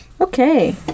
Okay